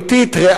ריאלית,